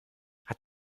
hat